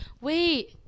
Wait